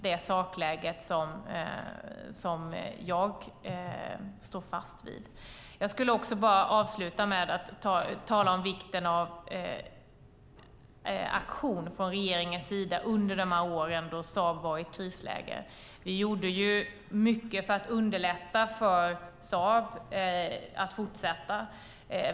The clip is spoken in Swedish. Det sakläget står jag fast vid. Jag skulle avslutningsvis vilja tala om vikten av aktion från regeringens sida under de år då Saab var i ett krisläge. Vi gjorde mycket för att underlätta för Saab att kunna fortsätta.